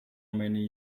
many